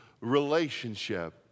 relationship